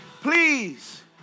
Please